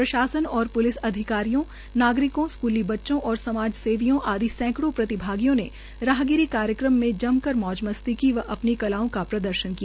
प्रशासन और पुलिस अधिकारियों नागरिकों स्कूली बच्चों और समाज सेवियों आदि सैंकड़ो प्रतिभगियों ने राहगिरी कार्यक्रम में जमकर मौज मस्ती की व अपनी कलाओं का प्रदर्शन किया